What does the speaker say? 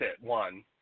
one